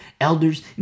elders